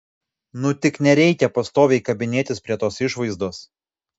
nu tik nereikia pastoviai kabinėtis prie tos išvaizdos